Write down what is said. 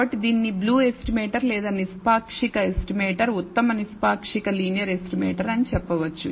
కాబట్టి దీనిని BLUE estimator లేదా నిష్పాక్షిక ఎస్టిమేటర్ ఉత్తమ నిష్పాక్షిక లీనియర్ ఎస్టిమేటర్ అని చెప్పవచ్చు